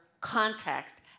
context